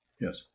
Yes